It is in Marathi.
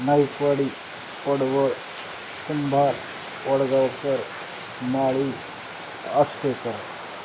नाईकवाडी पडवळ कुंभार वडगावकर माळी असपेकर